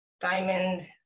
diamond